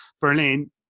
Berlin